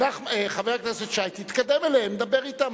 חבר הכנסת שי, תתקדם אליהם ודבר אתם.